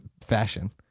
fashion